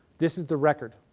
this is the record.